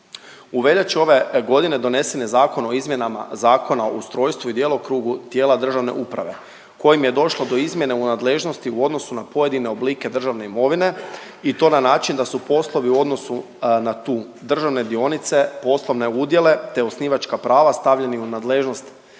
U veljači ove godine donesen je Zakon o izmjenama Zakona o ustrojstvu i djelokrugu tijela državne uprave kojim je došlo do izmjene u nadležnosti u odnosu na pojedine oblike državne imovine i to na način da su poslovi u odnosu na tu, državne dionice, poslovne udjele, te osnivačka prava stavljeni u nadležnost